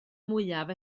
mwyaf